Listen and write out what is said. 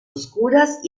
oscuras